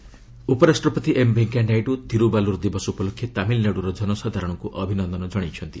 ନାଇଡ୍ ଥିରୁବାଲୁବାର ଉପରାଷ୍ଟ୍ରପତି ଏମ୍ ଭେଙ୍କୟା ନାଇଡୁ ଥିରୁବାଲୁବାର ଦିବସ ଉପଲକ୍ଷେ ତାମିଲ୍ନାଡ଼ୁର ଜନସାଧାରଣଙ୍କୁ ଅଭିନନ୍ଦନ କଣାଇଛନ୍ତି